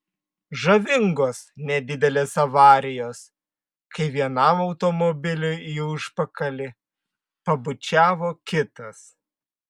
žavingos nedidelės avarijos kai vienam automobiliui į užpakalį pabučiavo kitas